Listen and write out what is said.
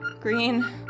Green